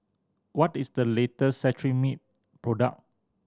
what is the latest Cetrimide product